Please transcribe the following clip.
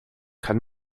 kann